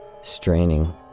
Straining